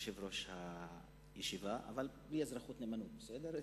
יושב-ראש הישיבה, אבל בלי אזרחות-נאמנות, בסדר?